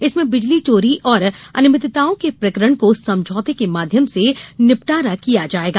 इसमें बिजली चोरी और अनियमितताओं के प्रकरण को समझौते के माध्यम से निपटारा किया जाएगा